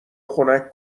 خنک